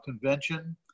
convention